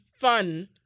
fun